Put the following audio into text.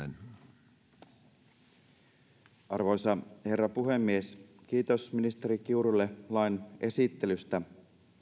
arvoisa herra puhemies kiitos ministeri kiurulle lain esittelystä